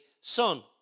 son